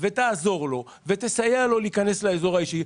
ותעזור לו ותסייע לו להיכנס לאזור האישי.